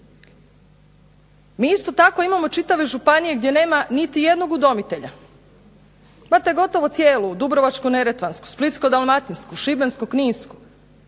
Mi isto tako imamo čitave županije gdje nema niti jednog udomitelja. Imate gotovo cijelu Dubrovačko-neretvansku, Splitsko-dalmatinsku, Šibensko-kninsku